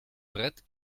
brett